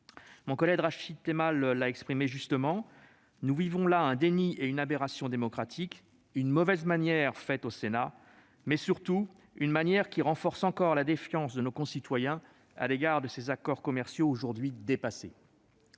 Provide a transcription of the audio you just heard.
mon collègue Rachid Temal l'a exprimé justement, nous vivons là un déni et une aberration démocratiques. C'est une mauvaise manière faite au Sénat, mais c'est surtout une manière qui renforce encore la défiance de nos concitoyens à l'égard de ces accords commerciaux aujourd'hui dépassés.